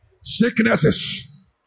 Sicknesses